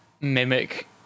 mimic